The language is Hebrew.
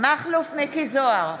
מכלוף מיקי זוהר,